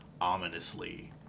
ominously